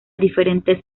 diferentes